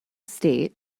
state